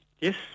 Yes